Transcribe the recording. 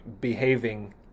behaving